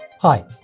Hi